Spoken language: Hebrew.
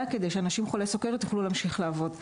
כדי שאנשים חולי סוכרת יוכלו להמשיך לעבוד.